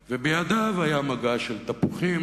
יותר נמוך, ובידיו היה מגש של תפוחים.